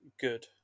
good